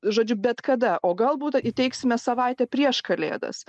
žodžiu bet kada o galbūt įteiksime savaitę prieš kalėdas